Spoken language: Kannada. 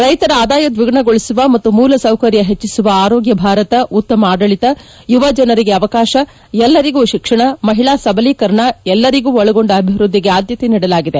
ರೈತರ ಆದಾಯವನ್ನು ದ್ದಿಗುಣಗೊಳಿಸುವ ಮತ್ತು ಮೂಲ ಸೌಕರ್ಯ ಹೆಚ್ಚಿಸುವ ಆರೋಗ್ಯ ಭಾರತ ಉತ್ತಮ ಆಡಳಿತ ಯುವಜನರಿಗೆ ಅವಕಾಶ ಎಲ್ಲರಿಗೂ ಶಿಕ್ಷಣ ಮಹಿಳಾ ಸಬಲೀಕರಣ ಎಲ್ಲರಿಗೂ ಒಳಗೊಂಡ ಅಭಿವೃದ್ದಿಗೆ ಆದ್ದತೆ ನೀಡಲಾಗಿದೆ